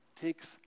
takes